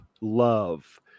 love